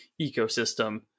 ecosystem